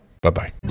Bye-bye